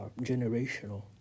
generational